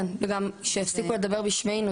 כן, וגם שיפסיקו לדבר בשמנו.